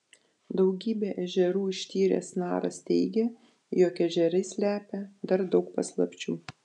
daugybę ežerų ištyręs naras teigia jog ežerai slepia dar daug paslapčių